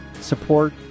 support